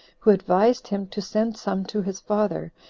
who advised him to send some to his father,